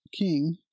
king